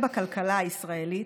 בכלכלה הישראלית,